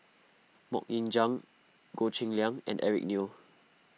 Mok Ying Jang Goh Cheng Liang and Eric Neo